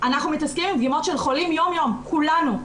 אנחנו מתעסקים עם דגימות של חולים יום-יום, כולנו,